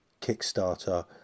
Kickstarter